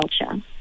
culture